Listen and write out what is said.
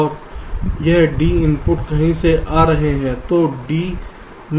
और यह D input कहीं से आ रहे हैं